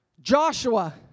Joshua